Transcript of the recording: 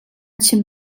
chim